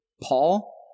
Paul